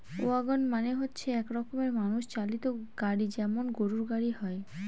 wagon মানে হচ্ছে এক রকমের মানুষ চালিত গাড়ি যেমন গরুর গাড়ি হয়